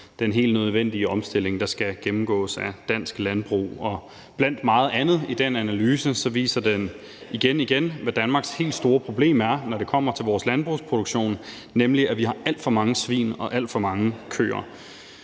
den helt nødvendige omstilling, der skal gennemgås af dansk landbrug. Og blandt meget andet viser analysen, igen igen, hvad Danmarks helt store problem er, når det kommer til vores landbrugsproduktion, nemlig at vi har alt for mange svin og alt for mange køer.